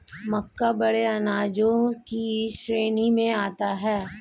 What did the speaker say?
मक्का बड़े अनाजों की श्रेणी में आता है